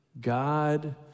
God